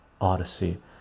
Odyssey